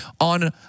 on